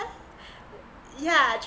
yeah